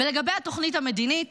ולגבי התוכנית המדינית,